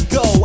go